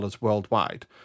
worldwide